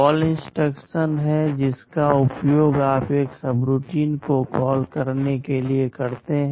call instruction है जिसका उपयोग आप एक सबरूटीन को कॉल करने के लिए करते हैं